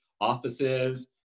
offices